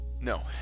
No